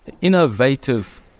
innovative